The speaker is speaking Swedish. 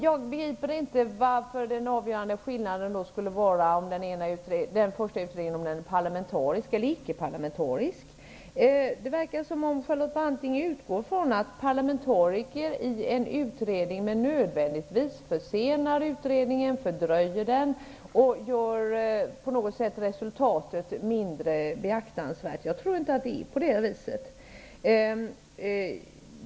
Jag begriper dock inte varför det skulle vara en avgörande skillnad om den första utredningen är parlamentarisk eller icke-parlamenatrisk. Det verkar som om Charlotte Branting utgår från att parlamentariker med nödvändighet försenar och fördröjer utredningen och gör resultatet mindre beaktansvärt. Jag tror inte att det är så.